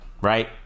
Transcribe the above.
right